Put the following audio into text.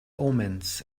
omens